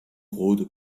rôde